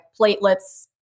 platelets